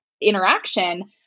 interaction